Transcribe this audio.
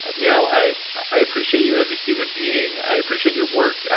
and neil, i i appreciate you as a human being. i appreciate your work.